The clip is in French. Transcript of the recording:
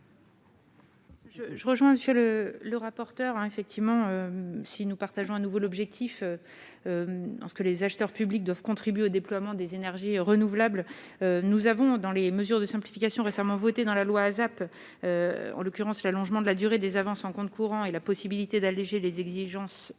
le le rapporteur a effectivement si nous partageons un nouvel objectif parce que les acheteurs publics doivent contribuer au déploiement des énergies renouvelables, nous avons dans les mesures de simplification, récemment votée dans la loi ASAP en l'occurrence l'allongement de la durée des avances en compte courant et la possibilité d'alléger les exigences au titre